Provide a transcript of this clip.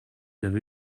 avez